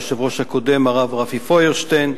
היושב-ראש הקודם הרב רפי פוירשטיין,